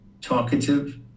talkative